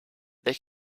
they